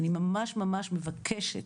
אני ממש ממש מבקשת,